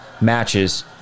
matches